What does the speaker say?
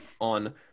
on